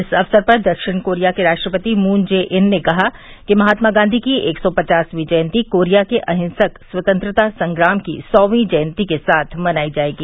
इस अवसर पर दक्षिण कोरिया के राष्ट्रपति मून जे इन ने कहा कि महात्मा गांधी की एक सौ पचासवी जयंती कोरिया के अहिंसक स्वतंत्रता संग्राम की सौवीं जयंती के साथ मनाई जायेगी